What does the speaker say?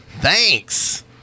Thanks